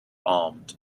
armed